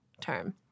term